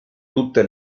tutte